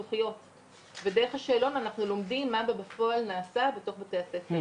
החינוך שאנחנו עושים הוא קרוב ל-90%.